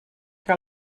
que